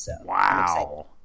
Wow